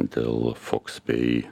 dėl foks pei